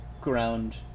ground